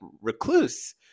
recluse